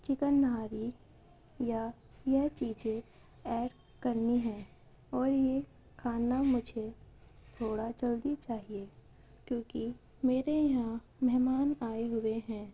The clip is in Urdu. چکن نہاری یا یہ چیزیں ایڈ کرنی ہیں اور یہ کھانا مجھے تھوڑا جلدی چاہیے کیونکہ میرے یہاں مہمان آئے ہوئے ہیں